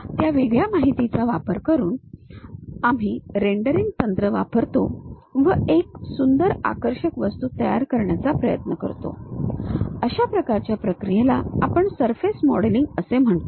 त्या वेगळ्या माहितीचा वापर करून आम्ही रेंडरिंग तंत्र वापरतो व एक सुंदर आकर्षक वस्तू तयार करण्याचा प्रयत्न करतो अशा प्रकारच्या प्रक्रियेला आपण सरफेस मॉडेलिंग असे म्हणतो